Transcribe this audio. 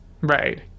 Right